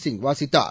சிங் வாசித்தார்